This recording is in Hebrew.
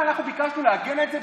אנחנו ב-2019,